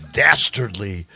dastardly